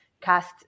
cast